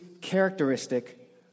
Characteristic